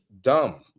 dumb